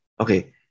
Okay